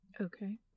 Okay